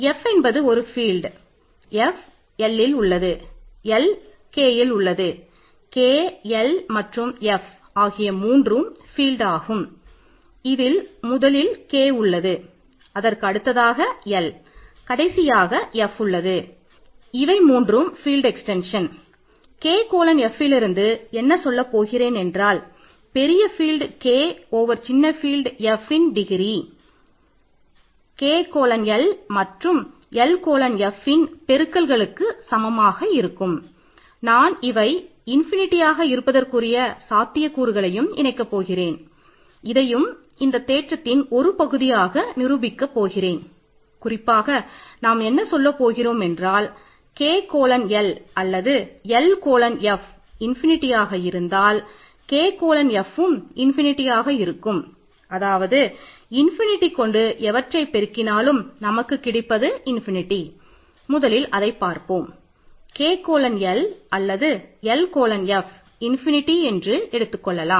F என்பது ஒரு field என்று எடுத்துக்கொள்ளலாம்